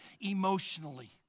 emotionally